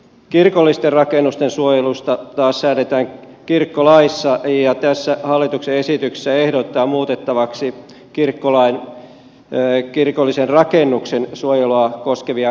kirkollisten rakennusten suojelusta taas säädetään kirkkolaissa ja tässä hallituksen esityksessä ehdotetaan muutettavaksi kirkkolain kirkollisen rakennuksen suojelua koskevia säännöksiä